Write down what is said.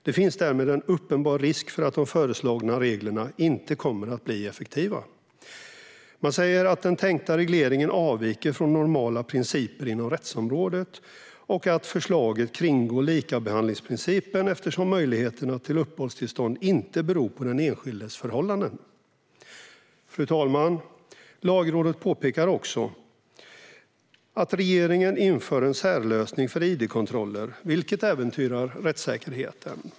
Det finns därmed en uppenbar risk för att de föreslagna reglerna inte kommer att bli effektiva. Man säger att den tänkta regleringen avviker från normala principer inom rättsområdet och att förslaget kringgår likabehandlingsprincipen, eftersom möjligheterna till uppehållstillstånd inte beror på den enskildes förhållanden. Fru talman! Lagrådet pekar också på att regeringen inför en särlösning för id-kontroller, vilket äventyrar rättssäkerheten.